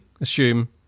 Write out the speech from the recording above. assume